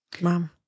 Mom